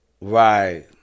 Right